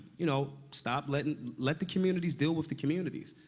you know, stop letting let the communities deal with the communities.